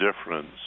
difference